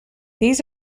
these